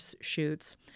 shoots